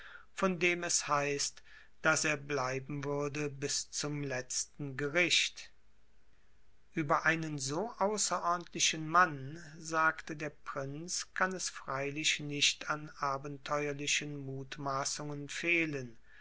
von dem es heißt daß er bleiben würde bis zum letzten gericht über einen so außerordentlichen mann sagte der prinz kann es freilich nicht an abenteuerlichen mutmaßungen fehlen